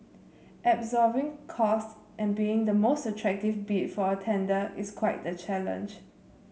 absorbing costs and being the most attractive bid for a tender is quite the challenge